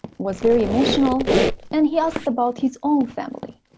was very emotional and he asked about his own family